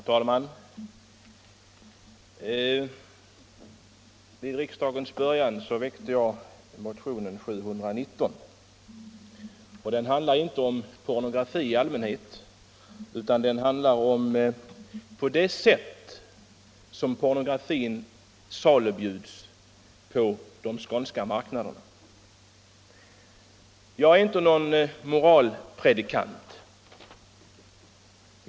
Herr talman! Vid början av 1975 års riksmöte väckte jag motionen 1975:719. Den handlar inte om pornografi i allmänhet, utan om det sätt på vilket pornografin salubjuds på de skånska marknaderna. Jag är inte någon moralpredikant.